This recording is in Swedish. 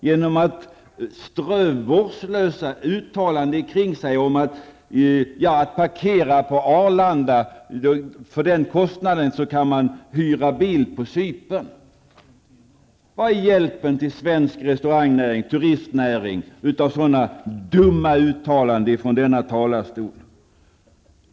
Han strör vårdslösa uttalanden omkring sig såsom att man för den summa som det kostar att parkera på Arlanda kan hyra bil på Cypern. Vad hjälps svensk restaurangnäring och turistnäring av sådana dumma uttalanden från denna talarstol?